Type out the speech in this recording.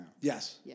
Yes